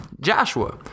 Joshua